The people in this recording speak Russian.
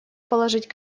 положить